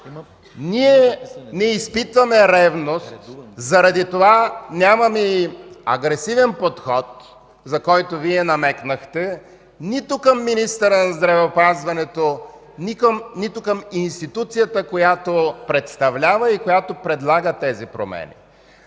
Ние не изпитваме ревност. Заради това нямаме и агресивен подход, за който Вие намекнахте, нито към министъра на здравеопазването, нито към институцията, която представлява и предлага тези промени.